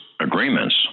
agreements